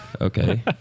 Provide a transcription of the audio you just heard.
Okay